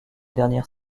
dernière